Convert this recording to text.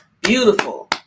Beautiful